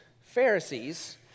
Pharisees